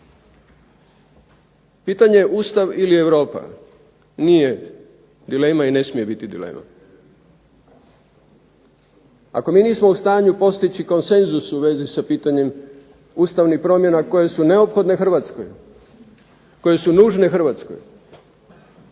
Pitanje Ustav ili Europa nije dilema i ne smije biti dilema. Ako mi nismo u stanju postići konsenzus u vezi sa pitanjem ustavnih promjena koje su neophodne Hrvatskoj, koje su nužne Hrvatskoj